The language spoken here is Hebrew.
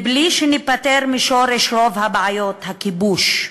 בלי שניפטר משורש רוב הבעיות, הכיבוש,